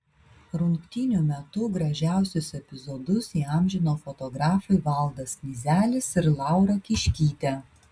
rungtynių metu gražiausius epizodus įamžino fotografai valdas knyzelis ir laura kiškytė